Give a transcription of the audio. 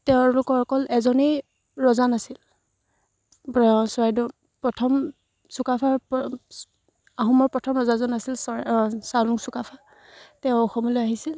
তেওঁলোকৰ অকল এজনেই ৰজা নাছিল চৰাইদেউ প্ৰথম চুকাফাৰ প আহোমৰ প্ৰথম ৰজাজন আছিল চ চাউলুং চুকাফা তেওঁ অসমলৈ আহিছিল